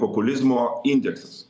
populizmo indeksas